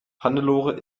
hannelore